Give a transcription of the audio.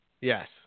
Yes